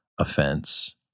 Offense